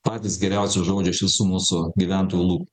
patys geriausi žodžiai iš visų mūsų gyventojų lū